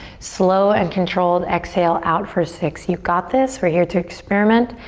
slow and controlled exhale out for six. you got this. we're here to experiment.